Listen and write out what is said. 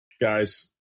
guys